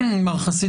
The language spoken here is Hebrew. מניצב משנה חסיד